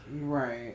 Right